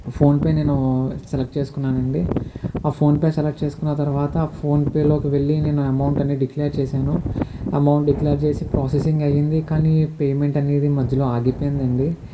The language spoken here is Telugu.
ఫోన్పే నేను సెలెక్ట్ చేసుకున్నానండి ఆ ఫోన్పే సెలెక్ట్ చేసుకున్న తర్వాత ఫోన్పేలోకి వెళ్లిన అమౌంట్ అని డిక్లేర్ చేశానుఅమౌంట్ అని డిక్లేర్ చేసి ప్రొసెసింగ్ అయింది కానీ పేమెంట్ అనేది మధ్యలో ఆగిపోయింది అండి